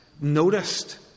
noticed